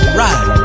right